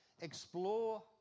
Explore